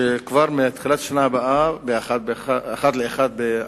שכבר מהתחלת השנה הבאה, ב-1 בינואר 2010,